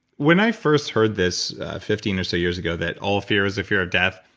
when i first heard this fifteen or so years ago, that all fear is if you're a death.